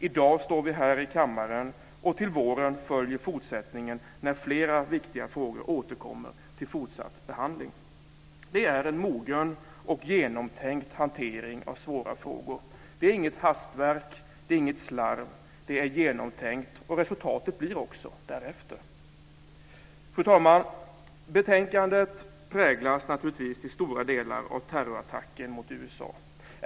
I dag står vi här i kammaren, och till våren följer fortsättningen när flera viktiga frågor återkommer för fortsatt behandling. Det är en mogen och genomtänkt hantering av svåra frågor. Det är inget hastverk. Det är inget slarv. Det är genomtänkt, och resultatet blir också därefter. Fru talman! Betänkandet präglas naturligtvis till stora delar av terrorattacken mot USA.